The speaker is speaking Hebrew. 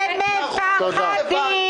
אתם מ-פ-ח-ד-י-ם.